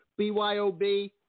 BYOB